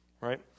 right